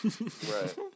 Right